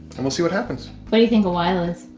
and we'll see what happens. what do you think a while is?